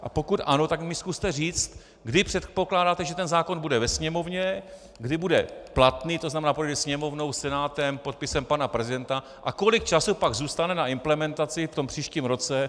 A pokud ano, tak mi zkuste říct, kdy předpokládáte, že zákon bude ve Sněmovně, kdy bude platný, to znamená, že projde Sněmovnou, Senátem, podpisem pana prezidenta a kolik času pak zůstane na implementaci v příštím roce.